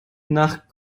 nach